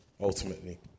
ultimately